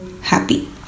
happy